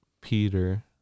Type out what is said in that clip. Peter